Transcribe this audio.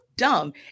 dumb